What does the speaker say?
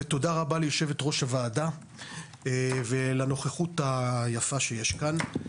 ותודה רבה ליושבת ראש הוועדה ולנוכחות היפה שיש כאן.